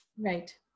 Right